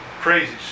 crazy